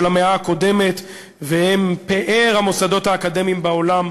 המאה הקודמת והם פאר המוסדות האקדמיים בעולם,